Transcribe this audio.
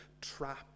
trap